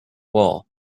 wall